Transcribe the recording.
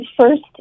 first